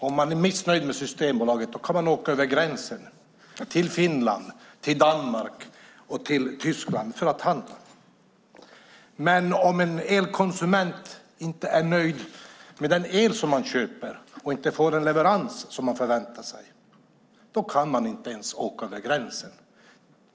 Om man är missnöjd med Systembolaget kan man åka över gränsen till Finland, Danmark eller Tyskland för att handla, men om en elkonsument inte är nöjd med den el som man köper och inte får den leverans som man förväntar sig kan man inte ens åka över gränsen.